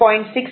6613